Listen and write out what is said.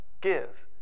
give